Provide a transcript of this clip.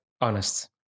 honest